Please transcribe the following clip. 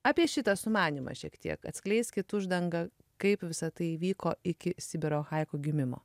apie šitą sumanymą šiek tiek atskleiskit uždangą kaip visa tai vyko iki sibiro haiku gimimo